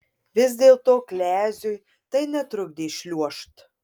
vis dėlto kleziui tai netrukdė šliuožt